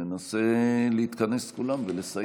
ננסה להתכנס כולם ולסייע,